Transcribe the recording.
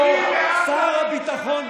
היותו שר הביטחון,